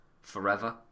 forever